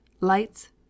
lights